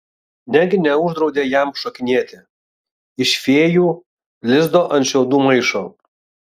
negi neuždraudė jam šokinėti iš fėjų lizdo ant šiaudų maišo